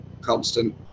constant